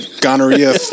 gonorrhea